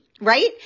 right